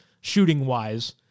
shooting-wise